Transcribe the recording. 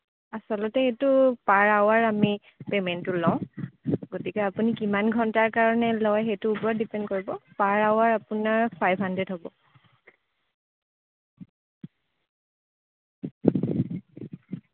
আছলতে এইটো per hour আমি পেমেণ্টটো লওঁ গতিকে আপুনি কিমান ঘণ্টাৰ কাৰণে লয় সেইটোৰ ওপৰত ডিপেণ্ড কৰিব পাৰ আৱাৰ আপোনাৰ ফাইভ হাণড্ৰেদ হ'ব